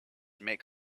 make